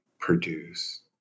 produce